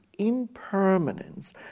impermanence